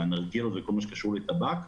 הנרגילות וכל מה שקשור לטבק,